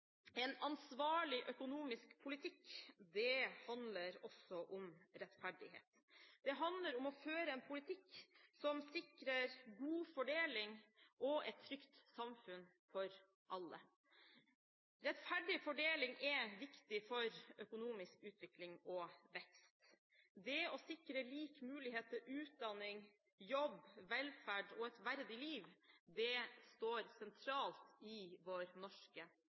En ansvarlig økonomisk politikk handler også om rettferdighet. Det handler om å føre en politikk som sikrer en god fordeling og et trygt samfunn for alle. Rettferdig fordeling er viktig for økonomisk utvikling og vekst. Det å sikre lik mulighet til utdanning, jobb, velferd og et verdig liv står sentralt i vår norske